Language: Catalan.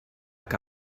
que